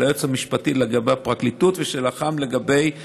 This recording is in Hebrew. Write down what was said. היועץ המשפטי לגבי הפרקליטות ושל אח"מ לגבי המשטרה.